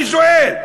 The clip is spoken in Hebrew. אני שואל.